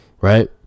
Right